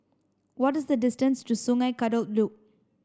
what is the distance to Sungei Kadut Loop